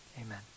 amen